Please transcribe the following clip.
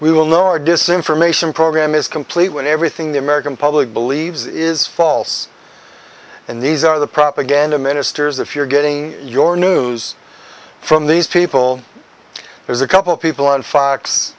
we will know our decision from ation program is complete when everything the american public believes is false and these are the propaganda ministers if you're getting your news from these people there's a couple of people on fox